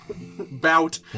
bout